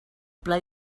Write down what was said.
pla